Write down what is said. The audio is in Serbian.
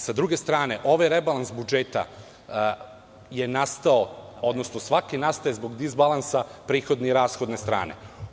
S druge strane, ovaj rebalans budžeta je nastao, odnosno, svaki nastaje zbog disbalansa prihodne i rashodne strane.